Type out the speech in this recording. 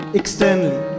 externally